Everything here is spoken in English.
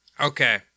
Okay